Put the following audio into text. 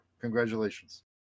Congratulations